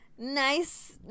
Nice